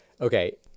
okay